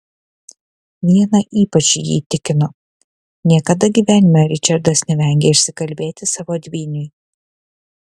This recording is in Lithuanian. viena ypač jį įtikino niekada gyvenime ričardas nevengė išsikalbėti savo dvyniui